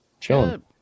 Chilling